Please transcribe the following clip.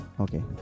Okay